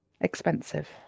expensive